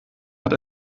hat